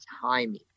timing